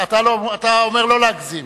אתה אומר לא להגזים.